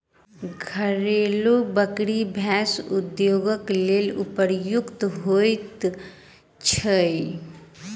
घरेलू बकरी मौस उद्योगक लेल उपयुक्त होइत छै